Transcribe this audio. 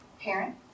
parent